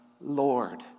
Lord